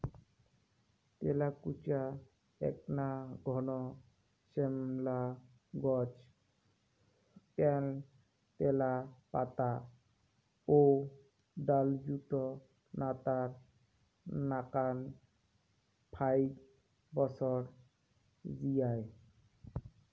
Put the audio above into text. তেলাকুচা এ্যাকনা ঘন শ্যামলা গছ ত্যালত্যালা পাতা ও ডালযুত নতার নাকান ফাইক বছর জিয়ায়